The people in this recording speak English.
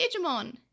Digimon